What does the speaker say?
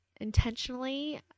intentionally